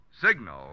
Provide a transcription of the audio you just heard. signal